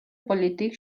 politic